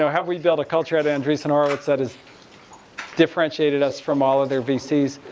have we built a culture at andresen oritz that is differentiated us from all of their vcs?